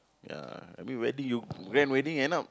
ya I mean whether you grand wedding end up